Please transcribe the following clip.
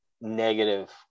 negative